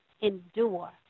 Endure